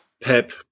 Pep